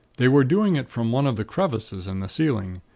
they were doing it from one of the crevices in the ceiling.